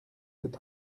c’est